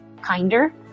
kinder